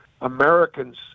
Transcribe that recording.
Americans